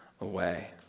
away